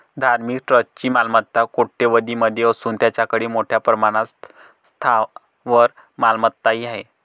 धार्मिक ट्रस्टची मालमत्ता कोट्यवधीं मध्ये असून त्यांच्याकडे मोठ्या प्रमाणात स्थावर मालमत्ताही आहेत